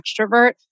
extrovert